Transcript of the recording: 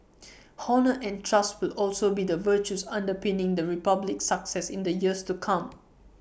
honour and trust will also be the virtues underpinning the republic's success in the years to come